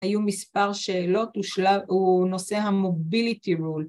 היו מספר שאלות הוא נושא המוביליטי רולט